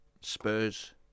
Spurs